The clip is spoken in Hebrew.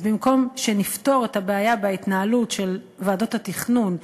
אז במקום שנפתור את הבעיה בהתנהלות של ועדות התכנון,